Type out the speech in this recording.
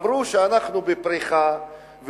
אמרו שאנחנו בפריחה,